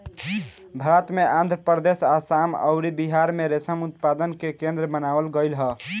भारत में आंध्रप्रदेश, आसाम अउरी बिहार में रेशम उत्पादन के केंद्र बनावल गईल ह